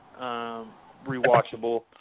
rewatchable